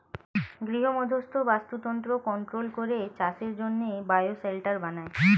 গৃহমধ্যস্থ বাস্তুতন্ত্র কন্ট্রোল করে চাষের জন্যে বায়ো শেল্টার বানায়